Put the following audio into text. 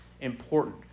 important